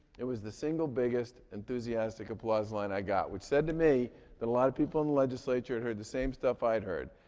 it was the single biggest enthusiastic applause line i got, which said to me that a lot of people in legislature had heard the same stuff i had heard.